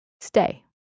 stay